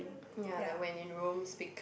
ya like when in Rome speak